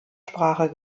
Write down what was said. sprache